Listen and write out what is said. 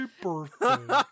birthday